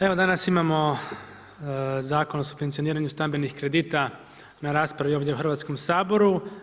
Evo danas imamo Zakon o subvencioniranju stambenih kredita na raspravi u Hrvatskom saboru.